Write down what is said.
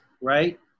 right